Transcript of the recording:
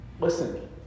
listen